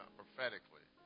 prophetically